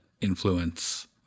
influence